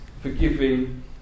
forgiving